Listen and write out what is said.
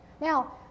Now